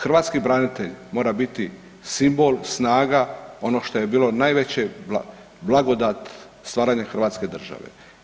Hrvatski branitelj mora biti simbol, snaga ono što je bilo najveća blagodat stvaranja hrvatske države.